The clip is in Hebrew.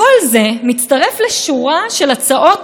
בעצמה מבקשת בהן להחליש את הכנסת,